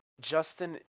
Justin